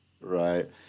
Right